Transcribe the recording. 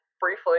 briefly